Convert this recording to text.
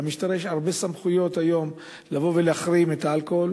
למשטרה יש הרבה סמכויות היום לבוא ולהחרים את האלכוהול